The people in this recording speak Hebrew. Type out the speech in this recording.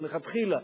מלכתחילה,